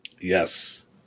Yes